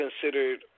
Considered